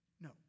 No